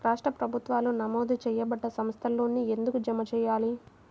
రాష్ట్ర ప్రభుత్వాలు నమోదు చేయబడ్డ సంస్థలలోనే ఎందుకు జమ చెయ్యాలి?